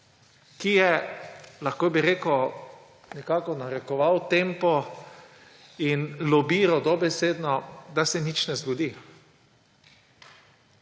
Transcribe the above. ki je, lahko bi rekel, nekako narekoval tempo in lobiral dobesedno, da se nič ne zgodi.